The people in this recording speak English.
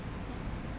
ya